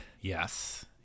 yes